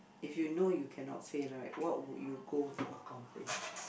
if you know you cannot fail right what would you go to accomplish